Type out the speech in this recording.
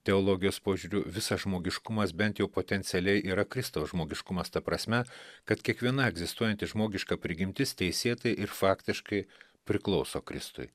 teologijos požiūriu visas žmogiškumas bent jau potencialiai yra kristaus žmogiškumas ta prasme kad kiekviena egzistuojanti žmogiška prigimtis teisėtai ir faktiškai priklauso kristui